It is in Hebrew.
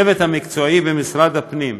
הצוות המקצועי במשרד הפנים,